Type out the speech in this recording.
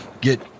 get